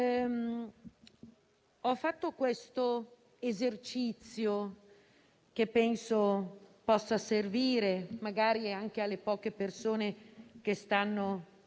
ho fatto un esercizio che penso possa servire anche alle poche persone che stanno